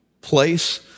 place